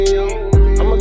I'ma